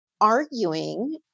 arguing